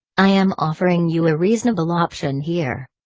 i am offering you a reasonable option here.